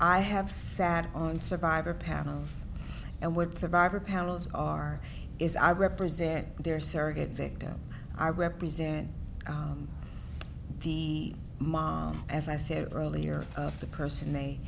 i have sat on survivor panels and what survivor panels are is i represent their surrogate victim i represent the mom as i said earlier of the person they